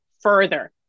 further